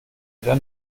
der